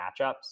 matchups